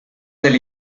del